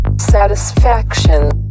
satisfaction